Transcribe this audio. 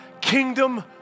kingdom